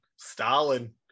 Stalin